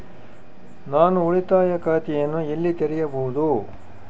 ನಾನು ಉಳಿತಾಯ ಖಾತೆಯನ್ನು ಎಲ್ಲಿ ತೆರೆಯಬಹುದು?